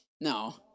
No